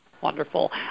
wonderful